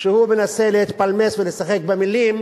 שמנסה להתפלמס ולשחק במלים,